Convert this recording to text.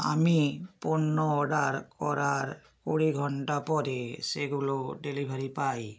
আমি পণ্য অর্ডার করার কুড়ি ঘন্টা পরে সেগুলো ডেলিভারি পাই